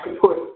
put